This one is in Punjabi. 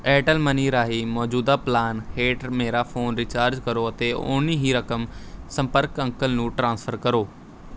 ਏਅਰਟੈੱਲ ਮਨੀ ਰਾਹੀਂ ਮੌਜੂਦਾ ਪਲਾਨ ਹੇਠ ਮੇਰਾ ਫ਼ੋਨ ਰਿਚਾਰਜ ਕਰੋ ਅਤੇ ਓਨੀ ਹੀ ਰਕਮ ਸੰਪਰਕ ਅੰਕਲ ਨੂੰ ਟ੍ਰਾਂਸਫ਼ਰ ਕਰੋ